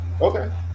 Okay